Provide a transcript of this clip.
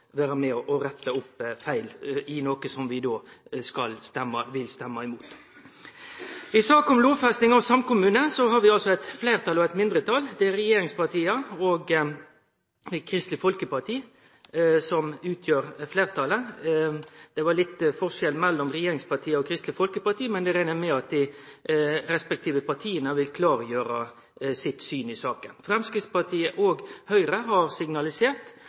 med på å rette opp feil i noko vi vil stemme imot. I saka om lovfesting av samkommunen har vi eit fleirtal og eit mindretal. Det er regjeringspartia og Kristeleg Folkeparti som utgjer fleirtalet. Det var litt forskjell mellom regjeringspartia og Kristeleg Folkeparti, men eg reknar med at dei respektive partia vil klargjere sitt syn i saka. Vi i Framstegspartiet og Høgre har signalisert